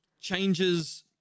changes